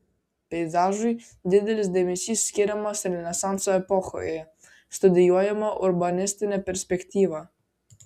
peizažui didelis dėmesys skiriamas renesanso epochoje studijuojama urbanistinė perspektyva